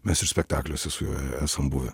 mes ir spektakliuose su juo esam buvę